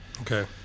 Okay